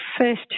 first